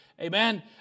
Amen